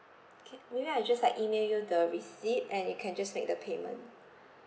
K maybe I just like email you the receipt and you can just make the payment